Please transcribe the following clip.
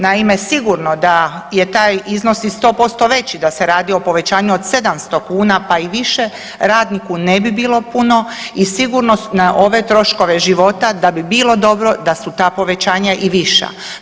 Naime, sigurno da je taj iznos i 100% veći, da se radi o povećanju od 700 kuna pa i više radniku ne bi bilo puno i sigurno na ove troškove života da bi bilo dobro da su ta povećanja i viša.